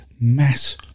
mass